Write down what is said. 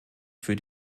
für